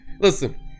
Listen